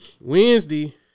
Wednesday